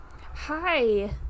Hi